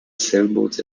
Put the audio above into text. sailboats